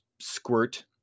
squirt